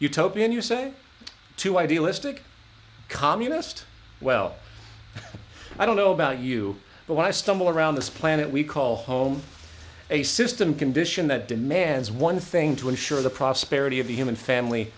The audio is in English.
utopian you say too idealistic communist well i don't know about you but when i stumble around this planet we call home a system condition that demands one thing to ensure the prosperity of the human family